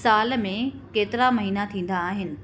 साल में केतिरा महीना थींदा आहिनि